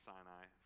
Sinai